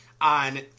on